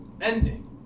ending